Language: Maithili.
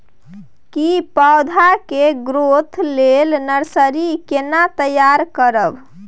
की पौधा के ग्रोथ लेल नर्सरी केना तैयार करब?